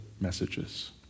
messages